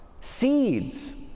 Seeds